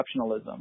exceptionalism